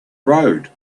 road